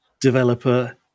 developer